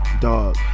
dog